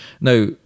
Now